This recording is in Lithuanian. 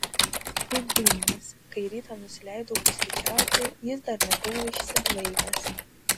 kaip dūmas kai rytą nusileidau pusryčiauti jis dar nebuvo išsiblaivęs